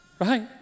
Right